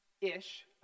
Ish